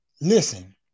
Listen